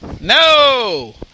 No